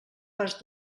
pas